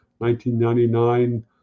1999